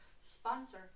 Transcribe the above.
Sponsor